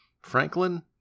Franklin